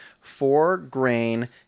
four-grain